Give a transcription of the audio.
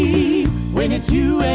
when it's you and